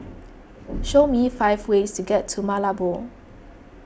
show me five ways to get to Malabo